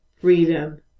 freedom